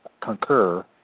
concur